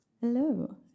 Hello